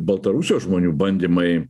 baltarusijos žmonių bandymai